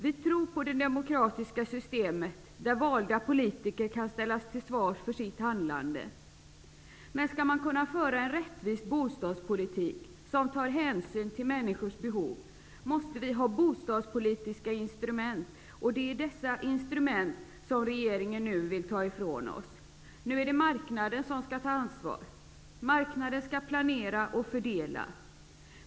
Vi tror på det demokratiska system där valda politiker kan ställas till svars för sitt handlande. Skall vi kunna föra en rättvis bostadspolitik som tar hänsyn till människors behov, måste vi ha bostadspolitiska instrument. Det är dessa instrument som regeringen nu vill ta ifrån oss. Nu är det marknaden som skall ta ansvar. Marknaden skall planera och fördela.